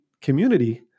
community